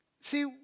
See